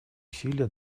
усилия